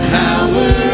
power